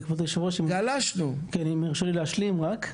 אם יש יורשה לי להשלים ברשותך.